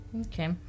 Okay